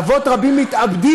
אבות רבים מתאבדים.